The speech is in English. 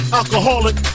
alcoholic